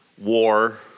war